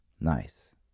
Nice